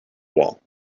wall